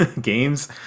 games